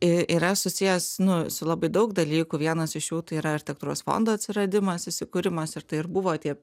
i yra susijęs nu su labai daug dalykų vienas iš jų tai yra architektūros fondo atsiradimas įsikūrimas ir tai ir buvo tie